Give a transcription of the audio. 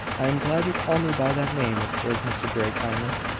i am glad you call me by that name, observed mr grey, kindly.